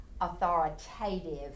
authoritative